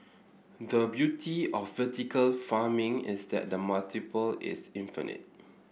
the beauty of vertical farming is that the multiple is infinite